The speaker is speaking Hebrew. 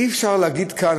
אי-אפשר להגיד כאן,